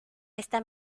esta